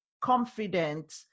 confident